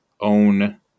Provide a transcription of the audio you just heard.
own